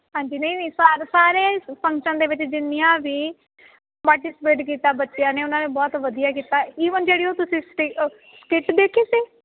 ਹਾਂਜੀ ਨਹੀਂ ਨਹੀਂ ਸਾ ਸਾਰੇ ਫੰਕਸ਼ਨ ਦੇ ਵਿੱਚ ਜਿੰਨੀਆਂ ਵੀ ਪਾਰਟੀਸਪੇਟ ਕੀਤਾ ਬੱਚਿਆਂ ਨੇ ਉਹਨਾਂ ਨੇ ਬਹੁਤ ਵਧੀਆ ਕੀਤਾ ਈਵਨ ਜਿਹੜੀ ਉਹ ਤੁਸੀਂ ਸਟਿ ਸਕਿੱਟ ਦੇਖੀ ਸੀ